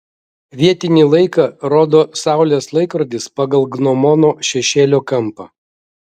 vietinį laiką rodo saulės laikrodis pagal gnomono šešėlio kampą